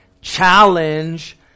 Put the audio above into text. challenge